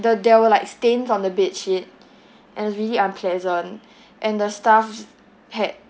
the there were like stains on the bed sheet and is really unpleasant and the staffs